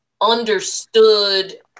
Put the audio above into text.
understood